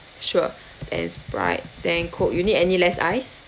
sure ten sprite ten coke you need any less ice